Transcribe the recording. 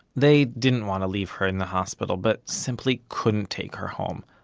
they didn't want to leave her in the hospital, but simply couldn't take her home.